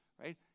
right